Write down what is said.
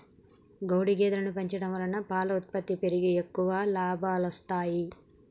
గౌడు గేదెలను పెంచడం వలన పాల ఉత్పత్తి పెరిగి ఎక్కువ లాభాలొస్తాయి